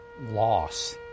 Loss